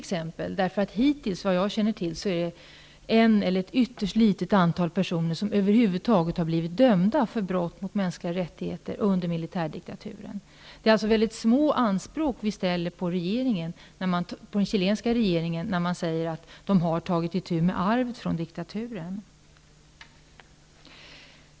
Vad jag känner till, är det hittills en eller ett ytterst litet antal personer som över huvud taget har blivit dömda för brott mot de mänskliga rättigheterna under militärdiktaturen. Det är mycket små anspråk vi ställer på den chilenska regeringen när vi säger att den har tagit itu med arvet från diktaturen.